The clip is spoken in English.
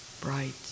bright